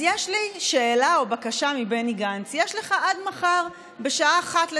אז יש לי שאלה או בקשה מבני גנץ: יש לך עד מחר בשעה 13:00,